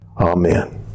Amen